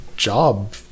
Job